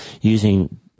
using